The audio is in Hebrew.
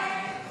5. הצבעה.